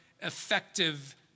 effective